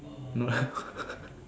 no